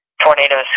tornadoes